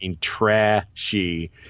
trashy